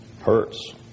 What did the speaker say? hurts